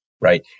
Right